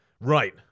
Right